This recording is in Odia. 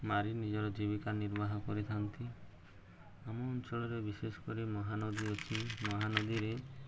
ମାରି ନିଜର ଜୀବିକା ନିର୍ବାହ କରିଥାନ୍ତି ଆମ ଅଞ୍ଚଳରେ ବିଶେଷ କରି ମହାନଦୀ ଅଛି ମହାନଦୀରେ